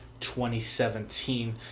2017